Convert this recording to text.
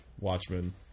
Watchmen